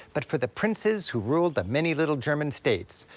but for the princes who ruled the many little german states,